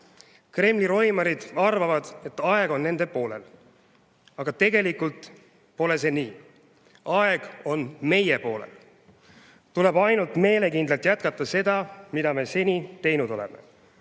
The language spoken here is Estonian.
Kremli roimarid arvavad, et aeg on nende poolel. Aga tegelikult see pole nii. Aeg on meie poolel. Tuleb ainult meelekindlalt jätkata seda, mida oleme senini teinud.